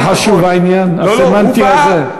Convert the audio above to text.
אתה רואה עד כמה חשוב העניין הסמנטי הזה?